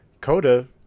Coda